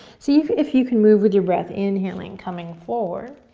see if if you can move with your breath, inhaling coming forward,